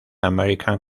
american